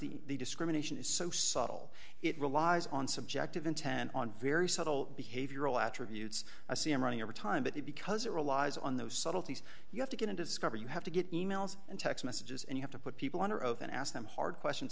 the discrimination is so subtle it relies on subjective intent on very subtle behavioral attributes a c m running over time but he because it relies on those subtleties you have to get a discovery you have to get e mails and text messages and you have to put people under oath and ask them hard questions